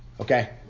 Okay